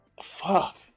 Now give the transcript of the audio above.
Fuck